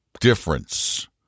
difference